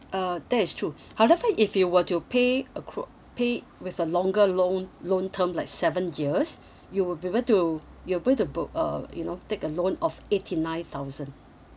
uh that is true however if you were to pay acro~ pay with a longer loan loan term like seven years you will be able to you'll be able to bo~ uh you know take a loan of eighty nine thousand